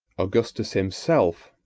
augustus himself,